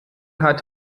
hat